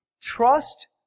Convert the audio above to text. Trust